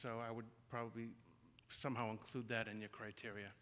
so i would probably somehow include that in your criteria